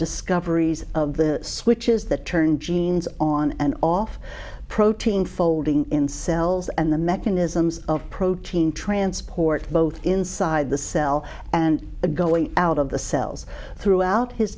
discoveries of the switches that turn genes on and off protein folding in cells and the mechanisms of protein transport both inside the cell and the going out of the cells throughout his